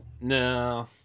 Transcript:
No